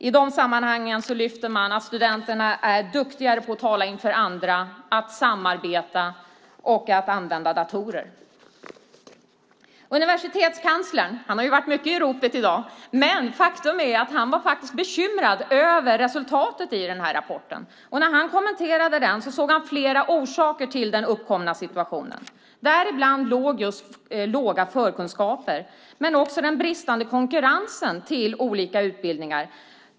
I de sammanhangen lyfter man upp att studenterna i dag är duktigare på att tala inför andra, att samarbeta och att använda datorer. Universitetskanslern har varit mycket i ropet i dag. Faktum är att han faktiskt var bekymrad över resultatet i den här rapporten, och när han kommenterade den såg han flera orsaker till den uppkomna situationen. Däribland fanns just låga förkunskaper men också den bristande konkurrensen till olika utbildningar.